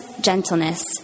gentleness